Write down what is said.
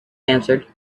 answered